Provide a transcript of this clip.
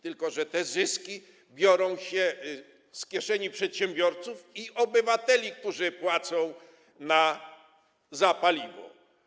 Tylko że te zyski biorą się z kieszeni przedsiębiorców i obywateli, którzy płacą za paliwo.